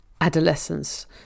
adolescence